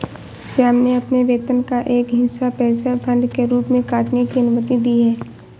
श्याम ने अपने वेतन का एक हिस्सा पेंशन फंड के रूप में काटने की अनुमति दी है